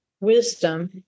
wisdom